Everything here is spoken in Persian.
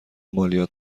مالیات